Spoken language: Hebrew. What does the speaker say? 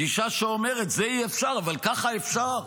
גישה שאומרת את זה אי-אפשר, אבל ככה אפשר,